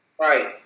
Right